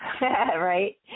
right